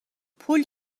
پول